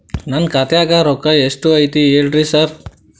ನನ್ ಖಾತ್ಯಾಗ ರೊಕ್ಕಾ ಎಷ್ಟ್ ಐತಿ ಹೇಳ್ರಿ ಸಾರ್?